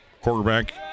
quarterback